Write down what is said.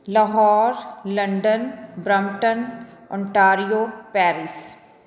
Lahore London Brampton Ontario Paris